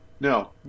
No